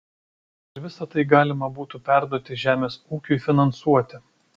ir visa tai galima būtų perduoti žemės ūkiui finansuoti